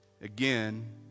again